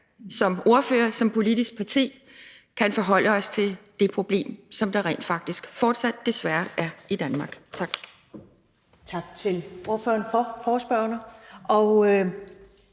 som ordfører og som politisk parti kan forholde os til det problem, som der rent faktisk fortsat desværre er i Danmark. Tak.